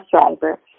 driver